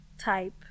type